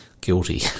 guilty